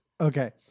Okay